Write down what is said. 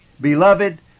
beloved